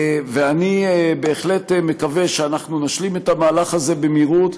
אני בהחלט מקווה שנשלים את המהלך הזה במהירות,